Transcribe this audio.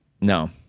No